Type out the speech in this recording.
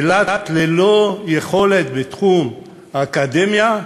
אילת, ללא יכולת בתחום האקדמיה,